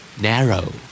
Narrow